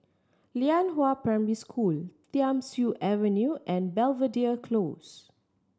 Lianhua Primary School Thiam Siew Avenue and Belvedere Close